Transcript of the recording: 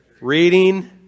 reading